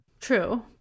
True